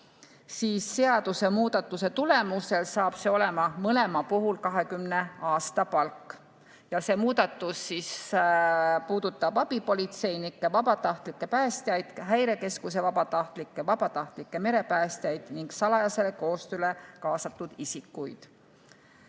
siis seadusemuudatuse tulemusel saab see mõlema puhul olema 20 aasta palk. See muudatus puudutab abipolitseinikke, vabatahtlikke päästjaid, Häirekeskuse vabatahtlikke, vabatahtlikke merepäästjaid ning salajasele koostööle kaasatud isikuid.